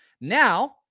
Now